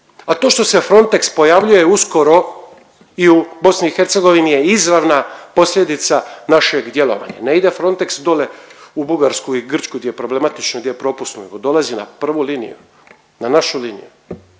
a to što se Frontex pojavljuje uskoro i u BiH je izravna posljedica našeg djelovanja, ne ide Frontex dolje u Bugarsku i Grčku di je problematično i gdje je propusno nego dolazi na prvu liniju. Na našu liniju.